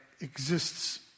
exists